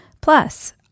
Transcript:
Plus